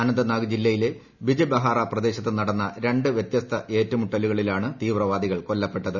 അനന്ത്നാഗ് ജില്ലയിലെ ബിജ്ബെഹാറ പ്രദേശത്ത് നടന്ന രണ്ട് വ്യത്യസ്ത ഏറ്റുമുട്ടലുകളിലാണ് തീവ്രവാദികൾ കൊല്ലപ്പെട്ടത്